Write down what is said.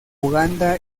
uganda